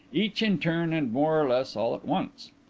each in turn and more or less all at once.